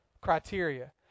criteria